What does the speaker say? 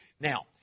Now